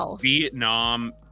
Vietnam